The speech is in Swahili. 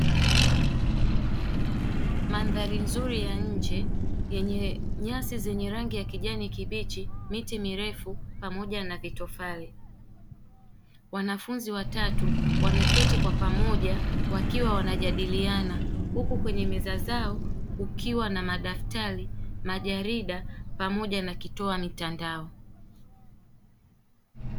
Mandhari nzuri ya nje yenye nyasi zenye rangi ya kijani kibichi, miti mirefu pamoja na vitofali. Wanafunzi watatu wameketi kwa pamoja wakiwa wanajadiliana huku kwenye meza zao kukiwa na madaftari, majarida pamoja na kitoa mitandao.